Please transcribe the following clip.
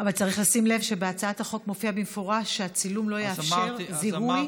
אבל צריך לשים לב שבהצעת החוק מופיע במפורש שהצילום לא יאפשר זיהוי,